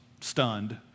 stunned